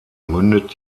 mündet